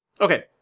Okay